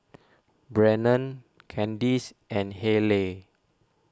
Brennon Kandice and Hayleigh